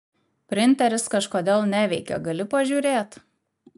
printeris kažkodėl neveikia gali pažiūrėt